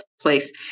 place